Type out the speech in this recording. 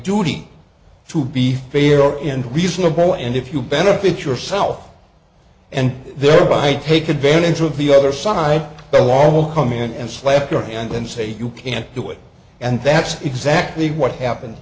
duty to be fair and reasonable and if you benefit yourself and thereby take advantage of the other side the law will come in and slap your hand and say you can't do it and that's exactly what happened